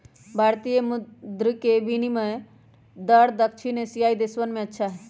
भारतीय मुद्र के विनियम दर दक्षिण एशियाई देशवन में अच्छा हई